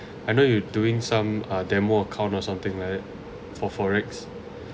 I know you were doing some uh demo account or something like that for forex